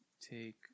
Take